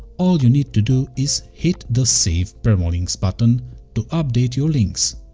all you need to do is hit the save permalinks button to update your links